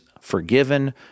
forgiven